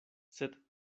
sed